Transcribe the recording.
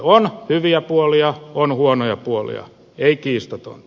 on hyviä puolia on huonoja puolia ei kiistatonta